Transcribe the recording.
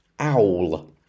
owl